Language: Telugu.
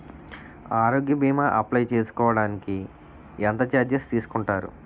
ఆరోగ్య భీమా అప్లయ్ చేసుకోడానికి ఎంత చార్జెస్ తీసుకుంటారు?